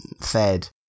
fed